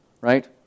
right